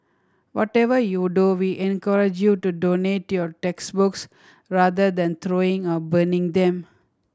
whatever you do we encourage you to donate your textbooks rather than throwing or burning them